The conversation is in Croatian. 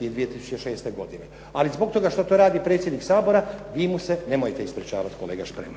2006. godine. Ali zbog toga što to radi predsjednik Sabora vi mu se nemojte ispričavati kolega Šprem.